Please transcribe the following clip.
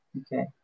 okay